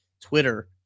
Twitter